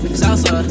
salsa